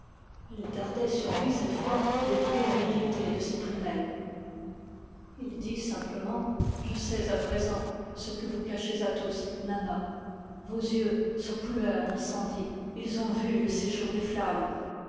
elle dardait sur lui cette fois l'éclair irrité de ses prunelles il dit simplement je sais à présent ce que vous cachez à tous nanna vos yeux sont couleur d'incendie ils ont vu le séjour des flammes